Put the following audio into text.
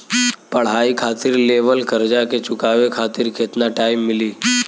पढ़ाई खातिर लेवल कर्जा के चुकावे खातिर केतना टाइम मिली?